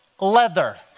leather